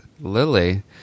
lily